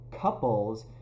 couples